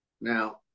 Now